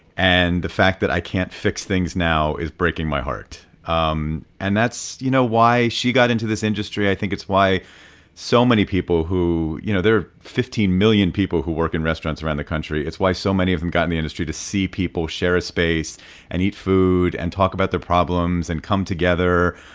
and the fact that i can't fix things now is breaking my heart um and that's, you know, why she got into this industry. i think it's why so many people who you know, there are fifteen million people who work in restaurants around the country. it's why so many of them got into the industry to see people, share a space and eat food and talk about their problems and come together.